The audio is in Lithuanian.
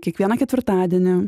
kiekvieną ketvirtadienį